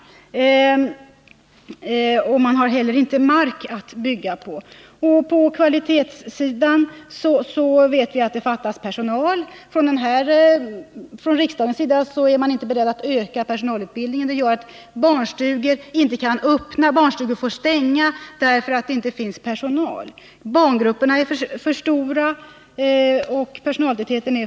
Man har heller inte någon mark att bygga på. På kvalitetssidan vet vi att problemet är att det fattas personal. Riksdagen är inte beredd att öka personalutbildningen. Barnstugorna måste alltså stängas därför att det inte finns personal. Barngrupperna är för stora. Vad kommer nu att hända?